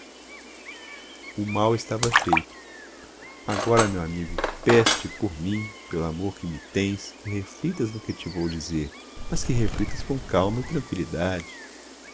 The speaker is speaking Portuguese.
amo o mal estava feito agora meu amigo peço-te por mim pelo amor que me tens que reflitas no que te vou dizer mas que reflitas com calma e tranqüilidade